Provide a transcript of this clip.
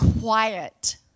quiet